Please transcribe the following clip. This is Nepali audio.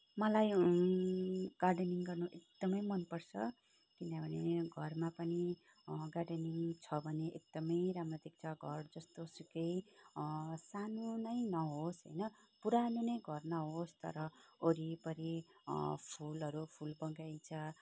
मलाई गार्डनिङ गर्नु एकदमै मनपर्छ किनभने या घरमा पनि गार्डनिङ छ भने एकदमै राम्रो देख्छ घर जस्तोसुकै सानो नै नहोस् होइन पुरानो नै घर नहोस् तर ओरिपरि फुलहरू फुल बगैँचा